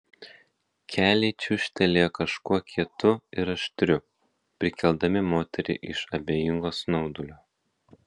keliai čiūžtelėjo kažkuo kietu ir aštriu prikeldami moterį iš abejingo snaudulio